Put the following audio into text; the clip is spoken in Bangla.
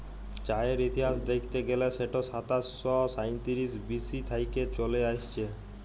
চাঁয়ের ইতিহাস দ্যাইখতে গ্যালে সেট সাতাশ শ সাঁইতিরিশ বি.সি থ্যাইকে চলে আইসছে